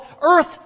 earth